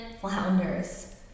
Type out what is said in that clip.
flounders